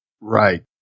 Right